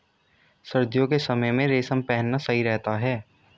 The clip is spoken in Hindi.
सर्दियों के समय में रेशम पहनना सही रहता है